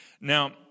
Now